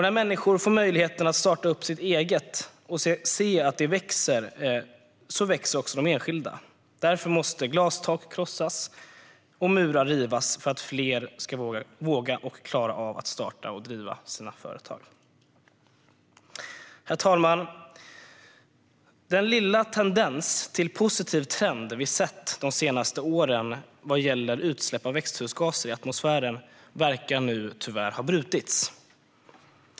När människor får möjlighet att starta eget och se det växa växer de också själva. Därför måste glastak krossas och murar rivas, så att fler vågar och klarar av att starta och driva egna företag. Herr talman! Den lilla tendens till positiv trend som vi har sett de senaste åren vad gäller utsläpp av växthusgaser i atmosfären verkar tyvärr ha brutits.